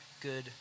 good